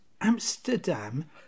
Amsterdam